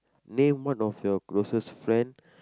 name one of your closest friend